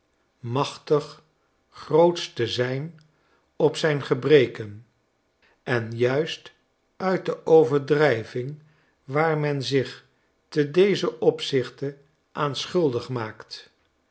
machtig grootsch te zijn op zijn gebreken en juist uit de overdrijving waar men zich te dezen opzichte aan schuldig maakt